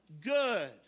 good